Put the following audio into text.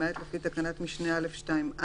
למעט לפי תקנת משנה (א)(2)(א),